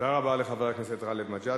תודה רבה לחבר הכנסת גאלב מג'אדלה.